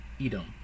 Edom